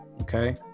okay